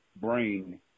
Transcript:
brain